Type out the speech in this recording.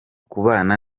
kubana